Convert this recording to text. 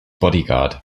bodyguard